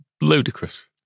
ludicrous